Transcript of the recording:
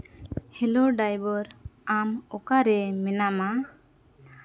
hello driver ᱟᱢ ᱚᱠᱟᱨᱮ ᱢᱮᱱᱟᱢᱟ